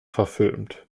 verfilmt